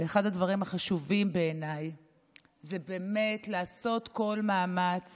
ואחד הדברים החשובים בעיניי זה באמת לעשות כל מאמץ